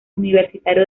universitario